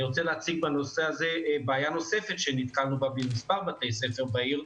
אני רוצה להציג בנושא הזה בעיה נוספת שנתקלנו בה במספר בתי ספר בעיר,